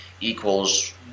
equals